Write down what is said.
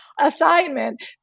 assignment